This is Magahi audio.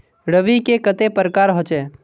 रवि के कते प्रकार होचे?